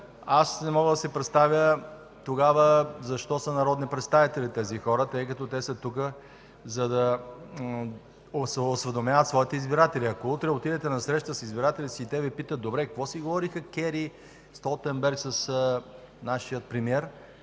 аз не мога да си представя тогава защо тези хора са народни представители, тъй като те са тук, за да осведомяват своите избиратели?! Ако утре отидете на среща с избирателите си и те Ви питат: „Добре, какво си говориха Кери и Столтенберг с нашия премиер?”,